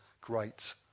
great